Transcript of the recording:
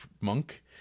monk